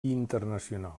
internacional